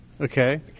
okay